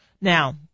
Now